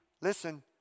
listen